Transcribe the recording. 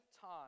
time